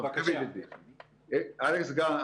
אלכס גן,